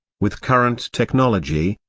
with current technology,